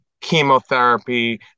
chemotherapy